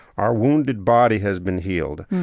our wounded body has been healed.